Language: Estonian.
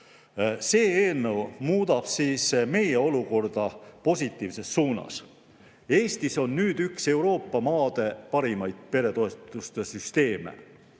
See eelnõu muudab meie olukorda positiivses suunas. Eestis on nüüd üks Euroopa maade parimaid peretoetuste süsteeme.